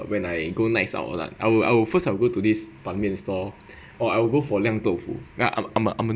when I go next I would like I will I will first I will go to this ban mian stall or I will go for 酿豆腐 I'm a I'm a I'm a